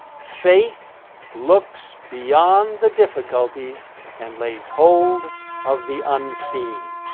faith looks beyond the difficulties and lays hold of the unseen,